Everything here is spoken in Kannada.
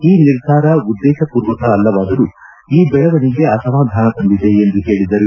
ಈ ನಿರ್ಧಾರ ಉದ್ದೇಶಪೂರ್ವಕ ಅಲ್ಲವಾದರೂ ಈ ಬೆಳವಣಿಗೆ ಅಸಮಾಧಾನ ತಂದಿದೆ ಎಂದು ಹೇಳದರು